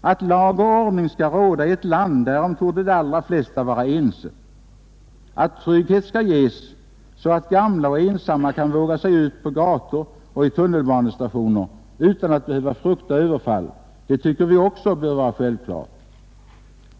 Att lag och ordning skall råda i ett land, därom torde de allra flesta vara ense. Att trygghet skall ges, så att gamla och ensamma kan våga sig ut på gator och i tunnelbanestationer utan att behöva frukta överfall, det tycker vi också bör vara självklart.